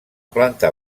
planta